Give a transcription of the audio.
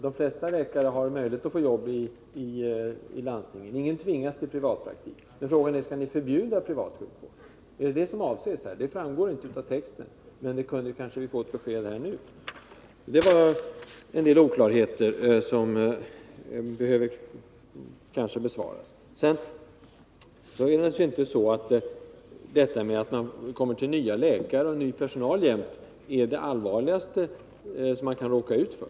De flesta läkare har möjlighet att få jobb inom landstingen — ingen tvingas att driva privatpraktik. Men frågan är: Skall vi förbjuda privatsjukvård? Är det det som avses? Det framgår inte av texten, men det kunde vi kanske få besked om nu. Att man jämt kommer till en ny läkare och till ny personal är väl naturligtvis inte det allvarligaste man kan råka ut för.